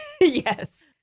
Yes